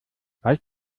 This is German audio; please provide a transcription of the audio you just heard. weißt